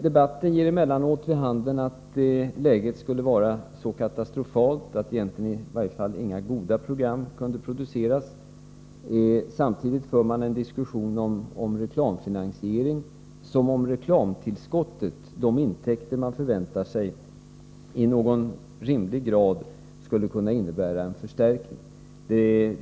Debatten ger emellanåt vid handen att läget skulle vara så katastrofalt att i varje fall inga goda program kunde produceras. Samtidigt för man en diskussion om reklamfinansiering, som om reklamtillskottet — de intäkter man förväntar sig av reklamen — i någon rimlig grad skulle kunna innebära en förstärkning.